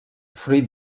fruit